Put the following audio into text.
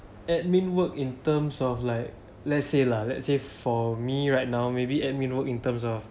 admin work in terms of like let's say lah let's say for me right now maybe admin work in terms of